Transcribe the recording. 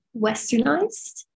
westernized